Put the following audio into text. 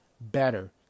better